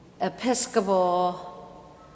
Episcopal